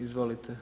Izvolite.